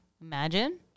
Imagine